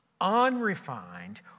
unrefined